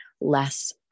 less